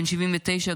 בן 79,